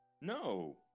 No